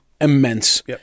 immense